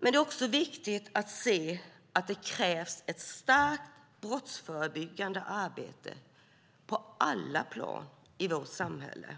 Det är också viktigt att se att det krävs ett starkt brottsförebyggande arbete på alla plan i vårt samhälle.